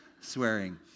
swearing